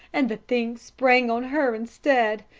and the thing sprang on her instead.